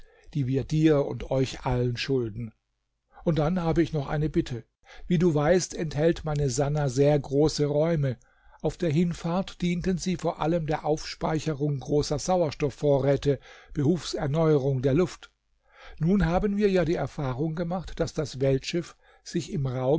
die wir dir und euch allen schulden und dann habe ich noch eine bitte wie du weißt enthält meine sannah sehr große räume auf der hinfahrt dienten sie vor allem der aufspeicherung großer sauerstoffvorräte behufs erneuerung der luft nun haben wir ja die erfahrung gemacht daß das weltschiff sich